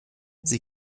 sie